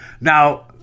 Now